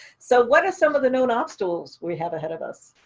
so what are some of the known obstacles we have ahead of us?